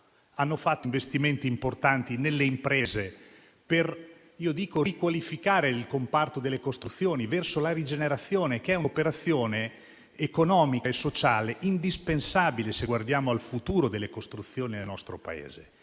hanno fatto investimenti importanti nelle imprese, per riqualificare il comparto delle costruzioni, verso la rigenerazione, che è un'operazione economica e sociale indispensabile, se guardiamo al futuro delle costruzioni nel nostro Paese,